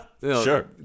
Sure